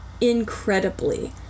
incredibly